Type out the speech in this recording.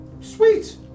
Sweet